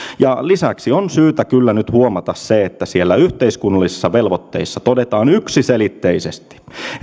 lisäksi on syytä kyllä nyt huomata se että siellä yhteiskunnallisissa velvoitteissa todetaan yksiselitteisesti